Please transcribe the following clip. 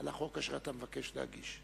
על החוק שאתה מבקש להגיש,